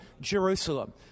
Jerusalem